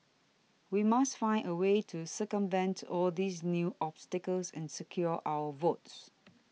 we must find a way to circumvent all these new obstacles and secure our votes